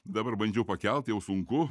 dabar bandžiau pakelt jau sunku